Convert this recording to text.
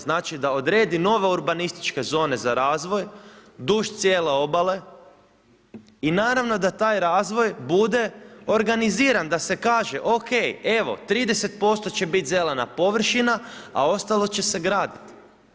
Znači da odredi nove urbanističke zone za razvoj duž cijele obale i naravno da taj razvoj bude organiziran, da se kaže ok, evo 30% će biti zelena površina a ostalo će se graditi.